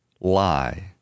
lie